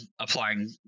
applying